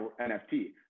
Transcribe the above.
NFT